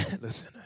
listen